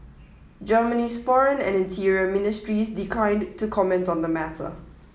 Germany's foreign and interior ministries declined to comment on the matter